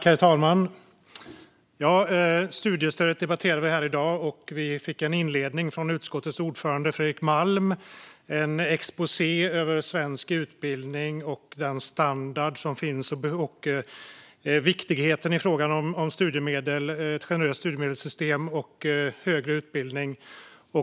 Herr talman! Studiestödet är vad vi debatterar här i dag. Vi fick en inledning från utskottets ordförande Fredrik Malm, en exposé över svensk utbildning och den standard som finns samt av vikten av ett generöst studiemedelssystem och högre utbildning.